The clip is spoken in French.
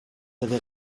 avez